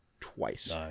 twice